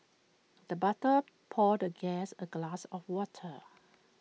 the butler poured the guest A glass of water